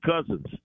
Cousins